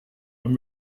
and